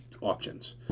auctions